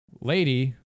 lady